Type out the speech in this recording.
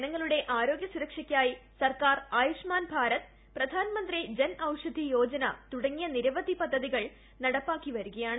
ജനങ്ങളുടെ ആരോഗ്യ സുരക്ഷയ്ക്കായി സർക്കാർ ആയൂഷ്മാൻ ഭാരത് പ്രധാൻമന്ത്രി ജൻ ഔഷധി യോജന തുടങ്ങിയ നിരവധി പദ്ധതികൾ നടപ്പാക്കിവരികയാണ്